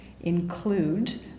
include